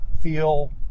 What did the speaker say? feel